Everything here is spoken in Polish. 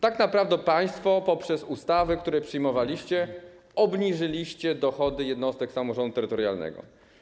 Tak naprawdę państwo poprzez ustawy, które przyjmowaliście, obniżyliście dochody jednostek samorządu terytorialnego.